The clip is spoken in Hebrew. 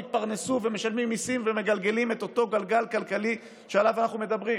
התפרנסו ומשלמים מיסים ומגלגלים את אותו גלגל כלכלי שעליו אנחנו מדברים.